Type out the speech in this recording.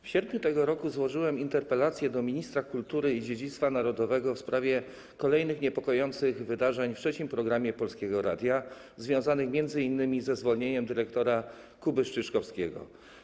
W sierpniu tego roku złożyłem interpelację do ministra kultury i dziedzictwa narodowego w sprawie kolejnych niepokojących wydarzeń w Programie 3 Polskiego Radia związanych m.in. ze zwolnieniem dyrektora Kuby Strzyczkowskiego.